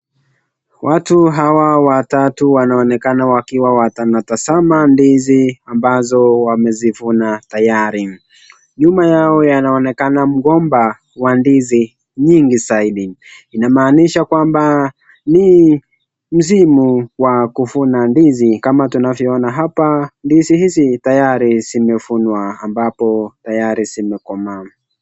Watu hawa watatu wanaonekana wakiwa wanatazama ndizi ambazo wamezivuna tayari. Nyuma yao yanaonekana mgomba wa ndizi nyingi zaidi. Inamaanisha kwamba ni msimu wa kuvuna ndizi kama tunavyoona hapa, ndizi hizi tayari zimevunwa ambapo tayari zimekomaa.